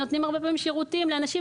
נותנים הרבה פעמים שירותים לאנשים,